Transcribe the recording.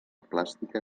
plàstica